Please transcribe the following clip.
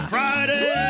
Friday